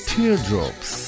Teardrops